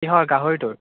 কিহৰ গাহৰিটোৰ